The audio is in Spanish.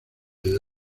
del